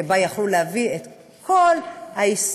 שבה יכלו להביא את כל ההיסטוריה